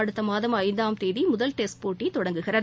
அடுத்தமாதம் ஐந்தாம் தேதிமுதல் டெஸ்ட் போட்டிதொடங்குகிறது